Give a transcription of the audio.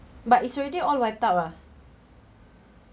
but it's already all wiped out ah